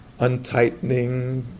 untightening